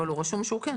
גם